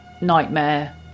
nightmare